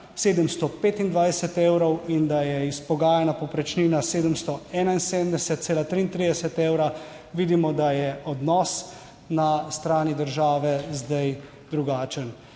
725 evrov in da je izpogajana povprečnina 771,33 evra, vidimo, da je odnos na strani države zdaj drugačen.